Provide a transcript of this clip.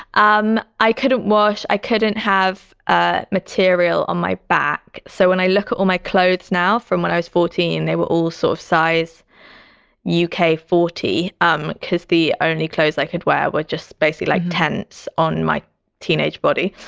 um i couldn't wash. i couldn't have ah material on my back. so when i look at all my clothes now from when i was fourteen, they were all sort of size uk forty um because the only clothes i could wear were just basic like tents on my teenage body.